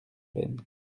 peine